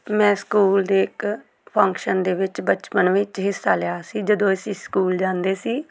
ਮੈਂ ਸਕੂਲ ਦੇ ਇਕ ਫੰਕਸ਼ਨ ਦੇ ਵਿੱਚ ਬਚਪਨ ਵਿੱਚ ਹਿੱਸਾ ਲਿਆ ਸੀ ਜਦੋਂ ਅਸੀਂ ਸਕੂਲ ਜਾਂਦੇ ਸੀ